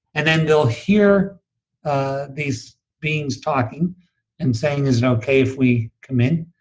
and then they'll hear ah these beings talking and saying, is it okay if we come in?